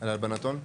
על הלבנת הון?